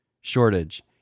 shortage